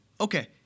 okay